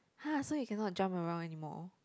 !huh! so you cannot jump around anymore